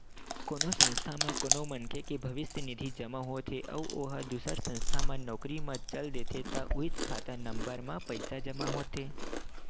कोनो संस्था म कोनो मनखे के भविस्य निधि जमा होत हे अउ ओ ह दूसर संस्था म नउकरी म चल देथे त उहींच खाता नंबर म पइसा जमा होथे